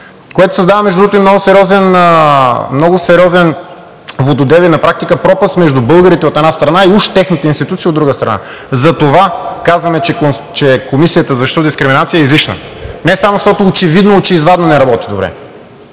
което създава, между другото, и много сериозен вододел и на практика пропаст между българите, от една страна, и уж техните институции, от друга страна. Затова казваме, че Комисията за защита от дискриминация е излишна. Не само защото очевидно и очевадно не работи добре,